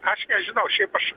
aš nežinau šiaip aš